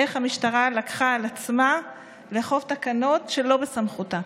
איך המשטרה לקחה על עצמה לאכוף תקנות שלא בסמכותה.